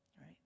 right